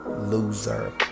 loser